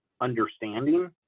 understanding